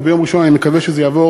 וביום ראשון אני מקווה שזה יעבור